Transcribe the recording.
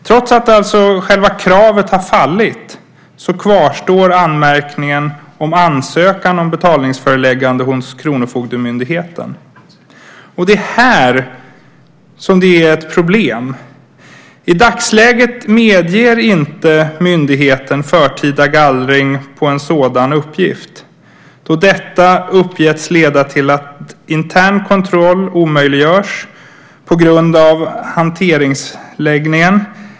Trots att alltså själva kravet har fallit kvarstår anmärkningen om ansökan om betalningsföreläggande hos kronofogdemyndigheten. Det är här som det är ett problem. I dagsläget medger inte myndigheten förtida gallring av en sådan uppgift då detta uppgetts leda till att intern kontroll omöjliggörs på grund av handläggningen.